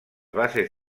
bases